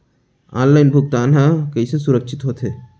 Online भुगतान हा कइसे सुरक्षित होथे?